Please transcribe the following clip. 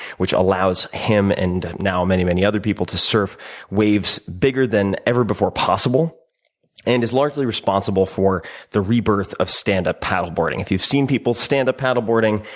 which allows him and now many, many other people to surf waves bigger than ever before possible and is largely responsible for the rebirth of standup paddle boarding. if you've seen people stand up paddle boarding,